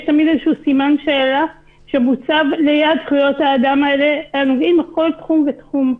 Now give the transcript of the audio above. יש סימן שאלה שמוצב ליד זכויות האדם האלה הנוגעים בכל תחום ותחום.